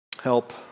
help